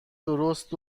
درست